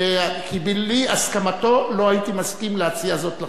כי בלי הסכמתו לא הייתי מסכים להציע זאת.